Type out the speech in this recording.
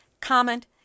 comment